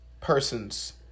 persons